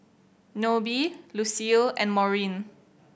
Nobie Lucile and Maureen